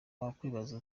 wakwibaza